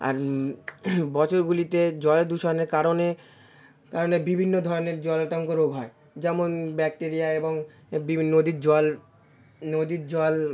আর বছরগুলিতে জল দূষণের কারণে কারণে বিবিন্ন ধরনের জলাতঙ্ক রোগ হয় যেমন ব্যাকটেরিয়া এবং এ বিবি নদীর জল নদীর জল